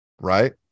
right